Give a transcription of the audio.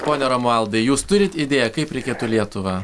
pone romualdai jūs turit idėją kaip reikėtų lietuvą